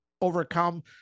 overcome